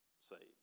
saved